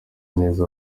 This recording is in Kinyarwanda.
neza